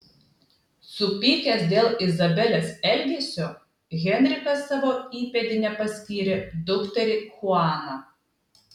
supykęs dėl izabelės elgesio henrikas savo įpėdine paskyrė dukterį chuaną